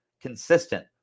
Consistent